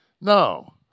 no